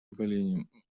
поколений